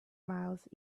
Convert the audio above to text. miles